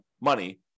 money